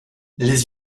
les